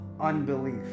unbelief